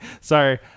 Sorry